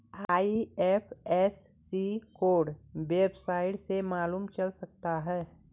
IFSC code website से मालूम चल सकता है